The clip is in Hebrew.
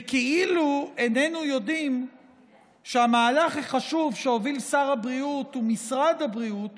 וכאילו איננו יודעים שהמהלך החשוב שהובילו שר הבריאות ומשרד הבריאות